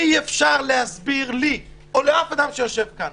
אי-אפשר להסביר לי או לאף אדם שיושב כאן